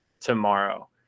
tomorrow